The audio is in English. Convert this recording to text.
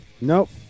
nope